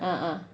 a'ah